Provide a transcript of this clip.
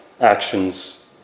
actions